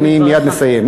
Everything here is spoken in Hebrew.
אני מייד מסיים.